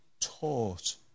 taught